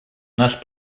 наш